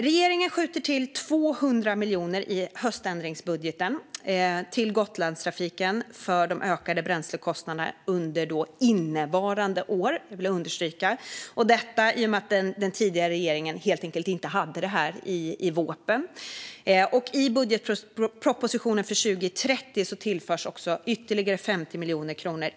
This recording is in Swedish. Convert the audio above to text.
Regeringen skjuter till 200 miljoner i höständringsbudgeten till Gotlandstrafiken för de ökade bränslekostnaderna under, låt mig understryka, innevarande år - detta för att den tidigare regeringen inte hade med det i vårpropositionen. I budgetpropositionen för 2023 tillförs ytterligare 50 miljoner kronor.